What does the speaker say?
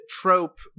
trope